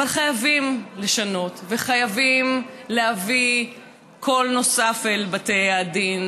אבל חייבים לשנות וחייבים להביא קול נוסף אל בתי הדין,